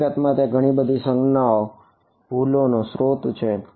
હકીકતમાં તે ઘણી બધી સંજ્ઞાઓની ભૂલો નો સ્ત્રોત છે